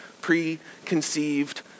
preconceived